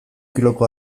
kiloko